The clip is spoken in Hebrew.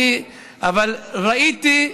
אבל ראיתי,